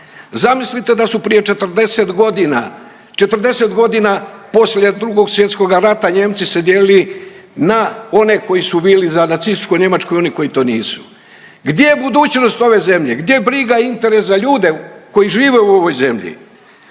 Zamislite da su prije 40.g., 40.g. poslije Drugog svjetskoga rata Nijemci se dijelili na one koji su bili za nacističku Njemačku i oni koji to nisu. Gdje je budućnost ove zemlje, gdje je briga i interes za ljude koji žive u ovoj zemlji?